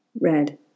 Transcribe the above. red